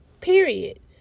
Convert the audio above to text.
Period